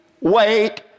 wait